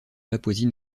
papouasie